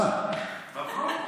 מברוכ.